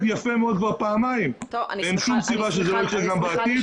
יפה מאוד כבר פעמיים ואין שום סיבה שזה לא יקרה גם בעתיד.